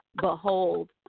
behold